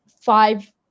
five